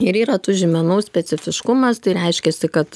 ir yra tų žymenų specifiškumas tai reiškias kad